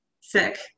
sick